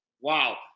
Wow